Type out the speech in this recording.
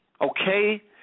okay